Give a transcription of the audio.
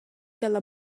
dalla